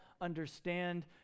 understand